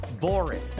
boring